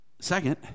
second